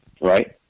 Right